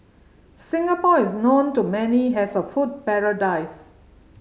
Singapore is known to many has a food paradise